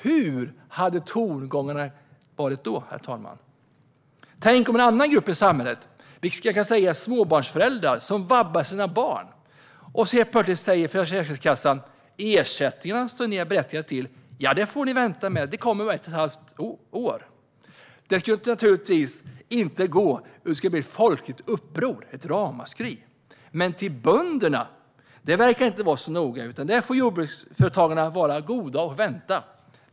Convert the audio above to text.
Hur hade tongångarna varit då, herr talman? Vi kan tänka oss en annan grupp i samhället, till exempel småbarnsföräldrar som vabbar, och att Försäkringskassan helt plötsligt säger: De ersättningar som ni är berättigade till får ni vänta på; de kommer om ett och ett halvt år. Det skulle naturligtvis inte gå. Det skulle bli ett folkligt uppror, ett ramaskri. Men med bönderna verkar det inte vara så noga. Jordbruksföretagarna får vara goda och vänta.